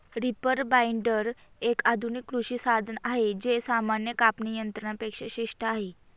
reaper binder, एक आधुनिक कृषी साधन आहे जे सामान्य कापणी यंत्रा पेक्षा श्रेष्ठ आहे